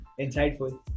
insightful